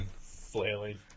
flailing